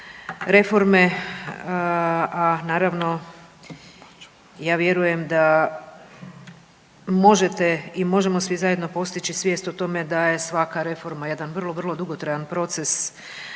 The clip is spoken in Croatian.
reforme, a naravno ja vjerujem da možete i možemo svi zajedno postići svijest o tome da je svaka reforma jedan vrlo vrlo dugotrajan proces